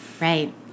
Right